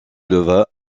leva